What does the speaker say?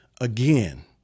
again